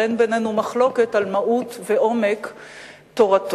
אבל אין בינינו מחלוקת על מהות ועומק תורתו.